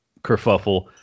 kerfuffle